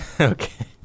Okay